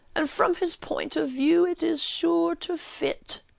and from his point of view it is sure to fit.